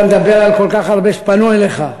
אתה מדבר על כל כך הרבה שפנו אליך.